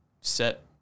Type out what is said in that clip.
set